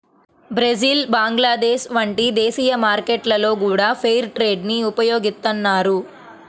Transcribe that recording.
Brazil Bangladesh వంటి దేశీయ మార్కెట్లలో గూడా ఫెయిర్ ట్రేడ్ ని ఉపయోగిత్తన్నారు